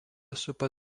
supa